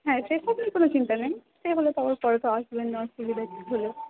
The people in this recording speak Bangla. হ্যাঁ সে সব নিয়ে কোনো চিন্তা নেই সে হলে তো আবার পরে তো আসবেন অসুবিধা কিছু নেই